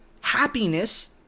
happiness